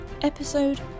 Episode